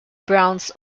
browns